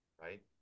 right